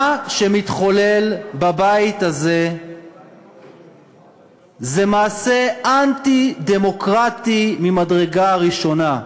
מה שמתחולל בבית הזה זה מעשה אנטי-דמוקרטי ממדרגה ראשונה.